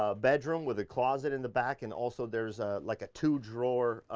ah bedroom with a closet in the back, and also there's like a two drawer,